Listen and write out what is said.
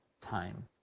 time